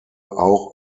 auch